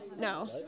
no